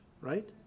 right